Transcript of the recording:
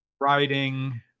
writing